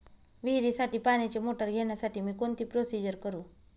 विहिरीसाठी पाण्याची मोटर घेण्यासाठी मी कोणती प्रोसिजर करु?